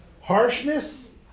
harshness